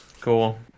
cool